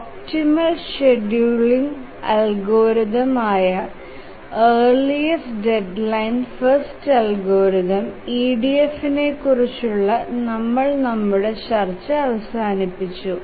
optimal scheduling algorithm ആയ earliest deadline first algorithm EDFനെക്കുറിച്ചുള്ള നമ്മൾ നമ്മുടെ ചർച്ച അവസാനിപ്പിച്ചു